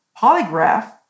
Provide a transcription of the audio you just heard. polygraph